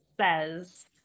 says